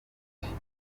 kabiri